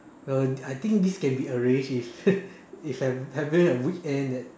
uh I I think this can be arranged if if I'm having a weekend that